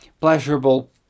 pleasurable